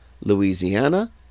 Louisiana